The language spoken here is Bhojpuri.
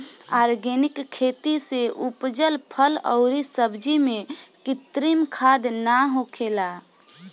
आर्गेनिक खेती से उपजल फल अउरी सब्जी में कृत्रिम खाद ना होखेला